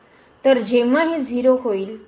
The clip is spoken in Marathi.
तर जेव्हा हे 0 होईल